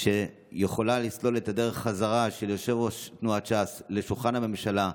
שיכולה לסלול את הדרך חזרה ליושב-ראש תנועת ש"ס לשולחן הממשלה,